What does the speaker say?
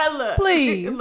Please